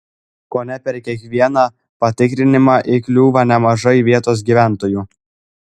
kone per kiekvieną patikrinimą įkliūva nemažai vietos gyventojų